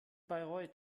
bayreuth